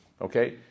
Okay